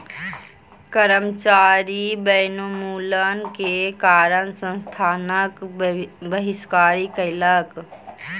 कर्मचारी वनोन्मूलन के कारण संस्थानक बहिष्कार कयलक